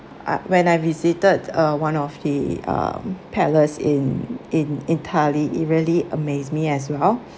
a~ when I visited uh one of the um palace in in italy it really amaze me as well